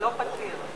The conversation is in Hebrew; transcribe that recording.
לא פתיר.